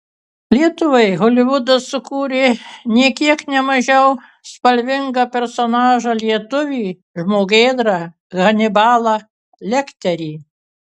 lietuvai holivudas sukūrė nė kiek ne mažiau spalvingą personažą lietuvį žmogėdrą hanibalą lekterį